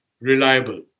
reliable